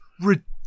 ridiculous